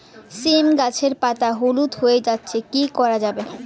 সীম গাছের পাতা হলুদ হয়ে যাচ্ছে কি করা যাবে?